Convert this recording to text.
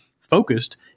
focused